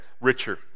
richer